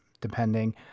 depending